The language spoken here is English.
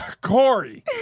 Corey